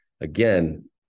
again